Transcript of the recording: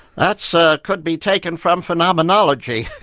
that so could be taken from phenomenology,